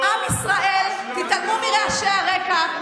עם ישראל, תתעלמו מרעשי הרקע.